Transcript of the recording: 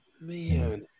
Man